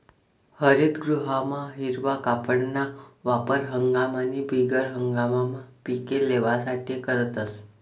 हरितगृहमा हिरवा कापडना वापर हंगाम आणि बिगर हंगाममा पिके लेवासाठे करतस